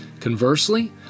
Conversely